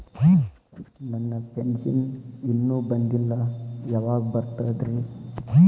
ನನ್ನ ಪೆನ್ಶನ್ ಇನ್ನೂ ಬಂದಿಲ್ಲ ಯಾವಾಗ ಬರ್ತದ್ರಿ?